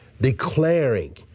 declaring